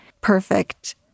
perfect